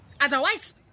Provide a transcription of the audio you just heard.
Otherwise